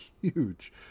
Huge